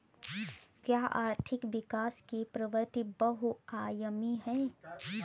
क्या आर्थिक विकास की प्रवृति बहुआयामी है?